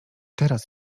teraz